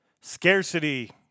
Scarcity